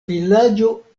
vilaĝo